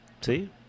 See